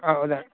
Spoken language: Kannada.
ಹೌದಾ